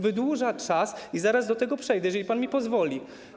Wydłuża czas i zaraz do tego przejdę, jeżeli pan mi pozwoli.